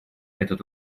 этот